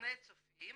מיליוני צופים